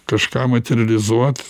kažką materializuot